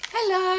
Hello